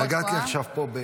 נגעת לי עכשיו פה,